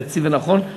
יציב ונכון,